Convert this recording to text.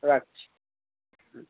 রাখছি হুম